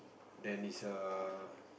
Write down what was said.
then it's err